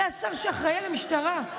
זה השר שאחראי למשטרה.